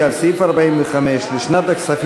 לסעיף 45, תשלום ריבית ועמלות, לשנת התקציב